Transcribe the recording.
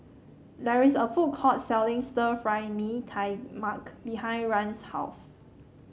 there is a food court selling Stir Fry Mee Tai Mak behind Rahn's house